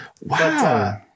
wow